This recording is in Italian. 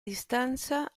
distanza